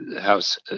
House